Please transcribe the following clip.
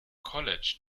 college